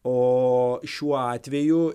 o šiuo atveju